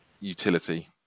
utility